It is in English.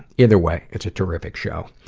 either way, it's a terrific show.